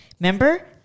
remember